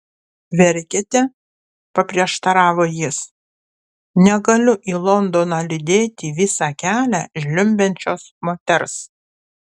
verkiate paprieštaravo jis negaliu į londoną lydėti visą kelią žliumbiančios moters